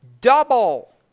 double